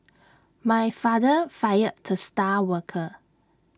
my father fired the star worker